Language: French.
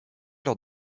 lors